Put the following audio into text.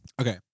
Okay